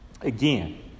again